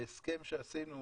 בהסכם שעשינו